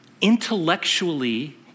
intellectually